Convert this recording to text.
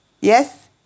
Yes